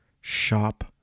shop